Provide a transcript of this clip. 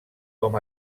com